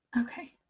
Okay